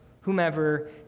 whomever